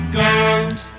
gold